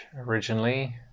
originally